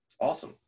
Awesome